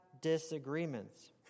disagreements